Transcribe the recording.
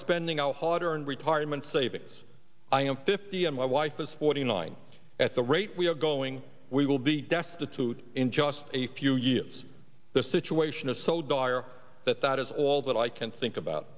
spending our hard earned retirement savings i am fifty and my wife is forty nine at the rate we are going we will be destitute in just a few years the situation is so dire that that is all that i can think about